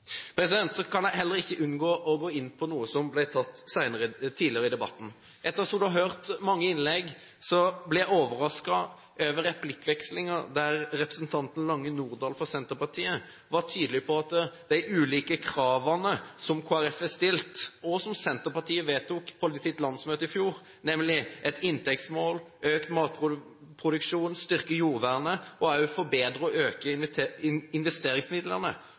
kan heller ikke unngå å gå inn på noe som ble tatt opp tidligere i debatten. Etter å ha hørt mange innlegg ble jeg overrasket over replikkvekslingen etter innlegget fra representanten Irene Lange Nordahl fra Senterpartiet. Der var hun tydelig på at samtlige av de punktene som vi fra Kristelig Folkeparti stilte spørsmål om, og som Senterpartiet vedtok på sitt landsmøte i fjor – inntektsmålet, økt matproduksjon, styrket jordvern samt å forbedre og øke